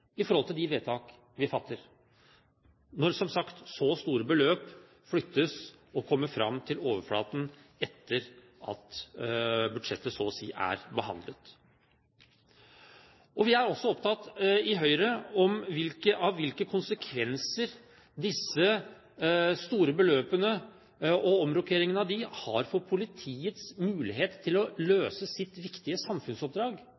i forhold til de vedtak vi fatter, når som sagt så store beløp flyttes og kommer fram til overflaten etter at budsjettet så å si er behandlet. I Høyre er vi også opptatt av hvilke konsekvenser disse store beløpene og omrokeringene av dem har for politiets mulighet til å løse sitt viktige samfunnsoppdrag.